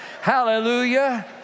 Hallelujah